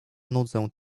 nudzę